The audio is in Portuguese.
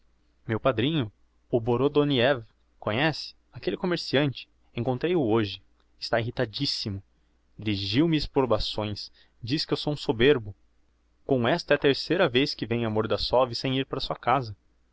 meu padrinho o borodoniev conhece aquelle commerciante encontrei-o hoje está irritadissimo dirigiu me exprobações diz que sou um soberbo com esta é a terceira vez que venho a mordassov sem ir para sua casa